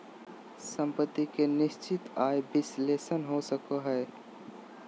सम्पत्ति के निश्चित आय विश्लेषण हो सको हय